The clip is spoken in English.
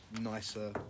nicer